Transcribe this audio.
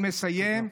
אני מסיים.